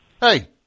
Hey